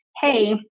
hey